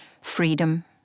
freedom